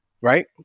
Right